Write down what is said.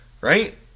Right